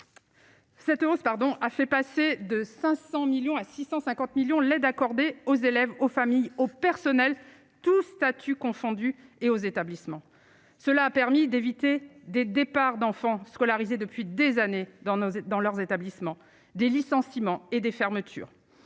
Cette hausse pardon a fait passer de 500 millions à 650 millions l'aide accordée aux élèves, aux familles, aux personnels, tous statuts confondus et aux établissements, cela a permis d'éviter des départs d'enfants scolarisés depuis des années dans nos et dans leurs établissements, des licenciements et des fermetures